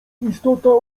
istota